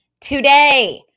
Today